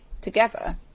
together